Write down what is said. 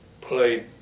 played